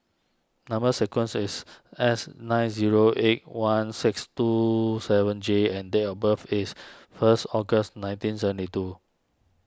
Number Sequence is S nine zero eight one six two seven J and date of birth is first August nineteen seventy two